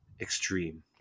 extreme